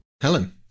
Helen